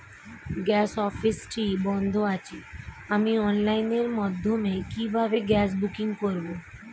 Gas অফিসটি বন্ধ আছে আমি অনলাইনের মাধ্যমে কিভাবে গ্যাস বুকিং করব?